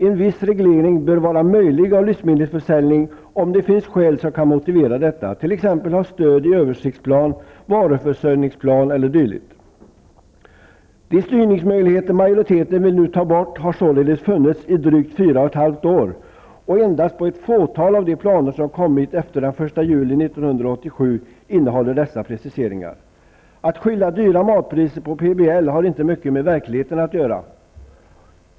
En viss reglering av livsmedelsförsäljning bör vara möjlig om det finns skäl för detta, t.ex. om det har stöd i översiktsplan, varuförsörjningsplan e.d. De styrningsmöjligheter som majoriteten nu vill ta bort har således funnits i drygt fyra och ett halvt år, och endast ett fåtal av de planer som kommit till efter den 1 juli 1987 innehåller dessa preciseringar. Att skylla dyra matpriser på PBL har inte mycket med verkligheten att göra.